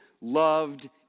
loved